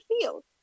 feel